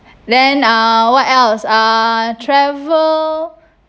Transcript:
then uh what else uh travel